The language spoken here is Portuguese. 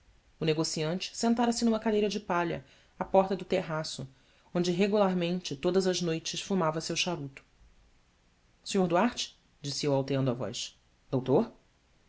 o negociante sentara-se numa cadeira de palha à porta do terraço onde regularmente todas as noites fumava seu charuto r uarte disse eu alteando a voz outor